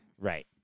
Right